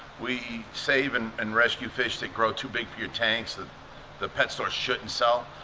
we save and and rescue fish that grow too big for your tanks that the pet stores shouldn't sell.